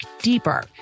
deeper